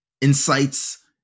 insights